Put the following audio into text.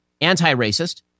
Anti-Racist